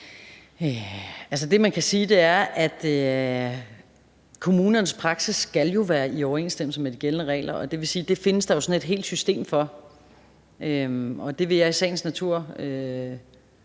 Det, man kan sige, er, at kommunernes praksis skal være i overensstemmelse med de gældende regler, og det findes der jo sådan et helt system for. De sten, jeg kan vende